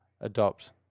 adopt